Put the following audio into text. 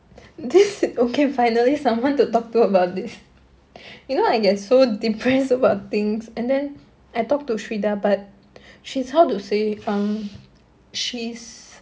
this okay finally someone to talk to about it you know I get so depressed about things and then I talk to shreedar but she's how to say um she is